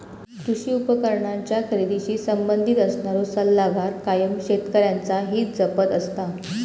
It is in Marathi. कृषी उपकरणांच्या खरेदीशी संबंधित असणारो सल्लागार कायम शेतकऱ्यांचा हित जपत असता